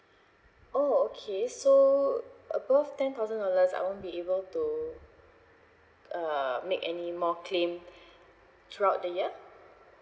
oh okay so above ten thousand dollars I won't be able to uh make any more claim throughout the year